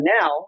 now